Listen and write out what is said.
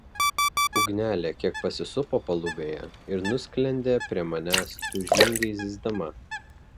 ugnelė kiek pasisupo palubėje ir nusklendė prie manęs tūžmingai zyzdama